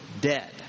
dead